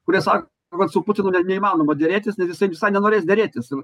kurie sa kad su putinu ne neįmanoma derėtis nes jisai nenorės derėtis ir